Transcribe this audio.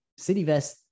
CityVest